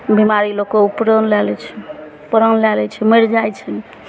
बिमारी लोकके उपरो लए लै छै प्राण लए लै छै मरि जाइ छै